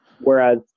Whereas